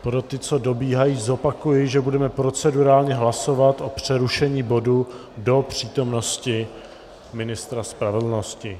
Pro ty, co dobíhají, zopakuji, že budeme procedurálně hlasovat o přerušení bodu do přítomnosti ministra spravedlnosti.